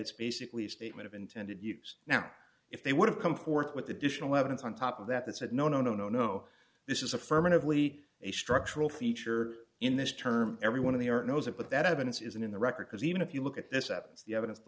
it's basically a statement of intended use now if they would have come forth with additional evidence on top of that that said no no no no no this is affirmatively a structural feature in this term everyone of the earth knows it but that evidence isn't in the record because even if you look at this evidence the evidence